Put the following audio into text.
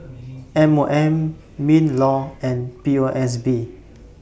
M O M MINLAW and P O S B